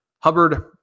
hubbard